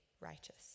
righteous